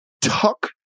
tuck